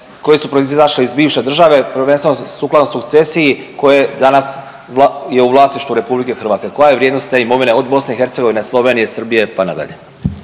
koje su proizašle iz bivše države prvenstveno sukladno sukcesiji koje danas je u vlasništvu RH. Koja je vrijednost te imovine od BiH, Slovenije, Srbije pa nadalje.